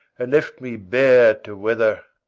and left me bare to weather.